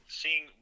seeing